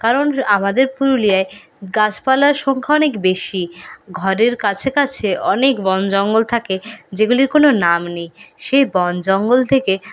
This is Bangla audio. কারণ আমাদের পুরুলিয়ায় গাছপালার সংখ্যা অনেক বেশি ঘরের কাছে কাছে অনেক বন জঙ্গল থাকে যেগুলির কোনো নাম নেই সেই বন জঙ্গল থেকে